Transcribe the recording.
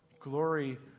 glory